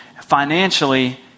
financially